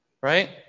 right